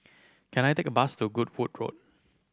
can I take a bus to Goodwood Road